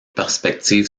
perspective